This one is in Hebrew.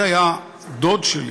זה היה דוד שלי,